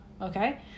Okay